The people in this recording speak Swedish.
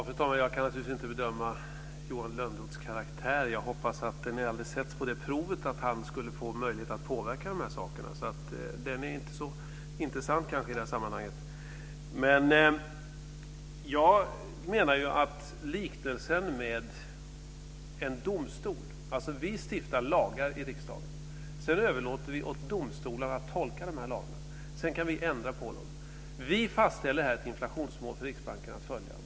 Fru talman! Jag kan naturligtvis inte bedöma Johan Lönnroths karaktär. Jag hoppas att den aldrig sätts på det provet att han skulle få möjlighet att påverka dessa saker. Den är kanske inte så intressant i det här sammanhanget. Jag menar att det finns en likhet med domstolarna. Vi i riksdagen stiftar lagar. Sedan överlåter vi till domstolarna att tolka lagarna. Därefter kan vi ändra på dem. Vi fastställer här ett inflationsmål för Riksbanken att följa.